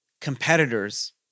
competitors